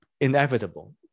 inevitable